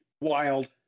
wild